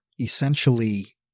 essentially